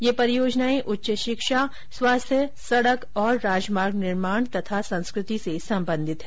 ये परियोजनाएं उच्च शिक्षा स्वास्थ्य सड़क और राजमार्ग निर्माण तथा संस्कृति से संबंधित हैं